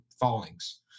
fallings